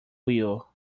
wheel